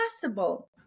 possible